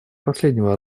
последнего